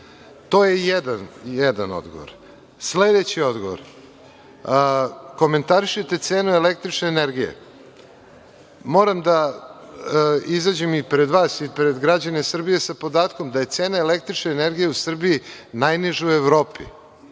To je jedan odgovor. Sledeći odgovor. Komentarišete cenu električne energije. Moram da izađem i pred vas i pred građane Srbije sa podatkom da je cena električne energije u Srbiji najniža u Evropi.